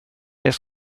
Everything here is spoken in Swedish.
det